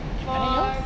I mean your